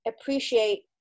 appreciate